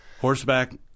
horseback